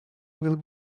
will